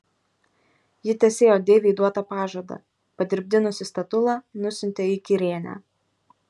ji tesėjo deivei duotą pažadą padirbdinusi statulą nusiuntė į kirėnę